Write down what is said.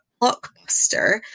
blockbuster